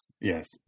Yes